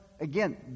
again